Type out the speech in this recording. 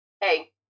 hey